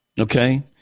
Okay